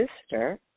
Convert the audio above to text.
sister